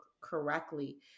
correctly